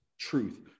Truth